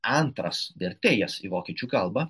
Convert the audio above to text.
antras vertėjas į vokiečių kalbą